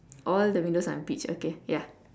all the windows are in peach okay ya